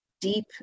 deep